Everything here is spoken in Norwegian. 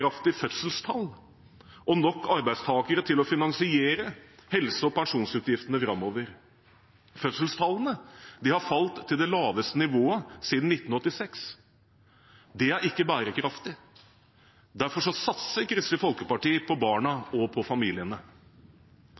bærekraftige fødselstall og nok arbeidstakere til å finansiere helse- og pensjonsutgiftene framover. Fødselstallene har falt til det laveste nivået siden 1986. Det er ikke bærekraftig. Derfor satser Kristelig Folkeparti på barna og familiene.